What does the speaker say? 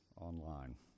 online